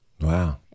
Wow